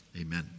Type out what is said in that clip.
Amen